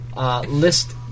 List